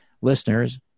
listeners